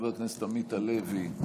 חבר הכנסת עמית הלוי,